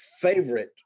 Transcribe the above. favorite